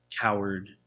coward